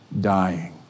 dying